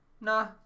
nah